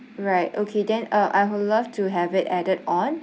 right okay then uh I will love to have it added on